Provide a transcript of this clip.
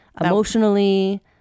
emotionally